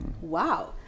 wow